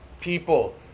people